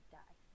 die